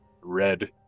Red